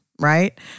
Right